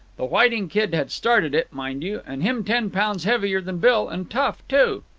the whiting kid had started it, mind you, and him ten pounds heavier than bill, and tough, too.